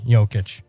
Jokic